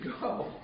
go